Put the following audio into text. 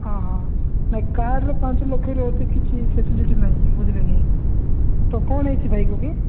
ହଁ ହଁ ନାଇଁ କାର୍ଡ଼୍ରୁ ପାଞ୍ଚଲକ୍ଷରୁ ଆଉ ଅଧିକ କିଛି ଫେସିଲିଟି ନାହିଁ ବୁଝିଲେ କି ତ କ'ଣ ହୋଇଛି ଭାଇଙ୍କୁ କି